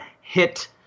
Hit